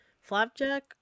Flapjack